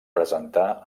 presentar